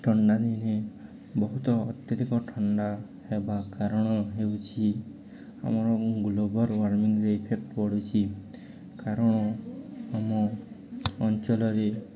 ଥଣ୍ଡା ଦିନେ ବହୁତ ଅତ୍ୟଧିକ ଥଣ୍ଡା ହେବା କାରଣ ହେଉଛି ଆମର ଗ୍ଲୋବଲ ୱାର୍ମିଂରେ ଇଫେକ୍ଟ ପଡ଼ୁଛି କାରଣ ଆମ ଅଞ୍ଚଲରେ